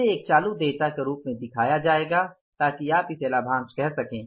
इसे एक चालू देयता के रूप में दिखाया जाएगा ताकि आप इसे लाभांश कह सकें